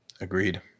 agreed